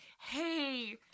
hey